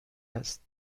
است